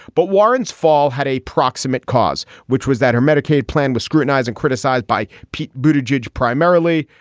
but warren's fall had a proximate cause, which was that her medicaid plan was scrutinized, and criticized by pete bhuta jej primarily.